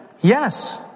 Yes